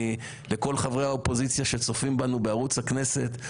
לכל חברי האופוזיציה שצופים בנו בערוץ הכנסת,